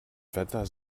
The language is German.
wetter